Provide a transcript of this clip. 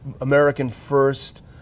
American-first